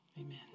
Amen